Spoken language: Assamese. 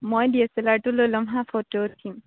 মই ডি এছ এল আৰটো লৈ ল'ম হাঁ ফটো উঠিম